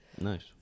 Nice